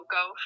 go